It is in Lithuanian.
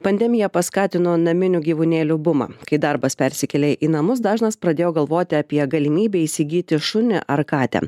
pandemija paskatino naminių gyvūnėlių bumą kai darbas persikėlė į namus dažnas pradėjo galvoti apie galimybę įsigyti šunį ar katę